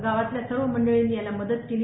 गावातल्या सर्व मंडळींनी याला मदत केली